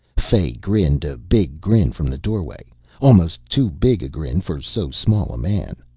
fay grinned a big grin from the doorway almost too big a grin for so small a man.